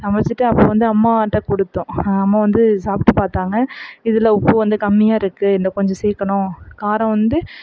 சமைச்சிட்டு அப்புறம் வந்து அம்மாகிட்ட கொடுத்தோம் அம்மா வந்து சாப்பிட்டு பார்த்தாங்க இதில் உப்பு வந்து கம்மியாக இருக்குது இன்னும் கொஞ்சம் சேர்க்கணும் காரம் வந்து